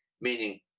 Meaning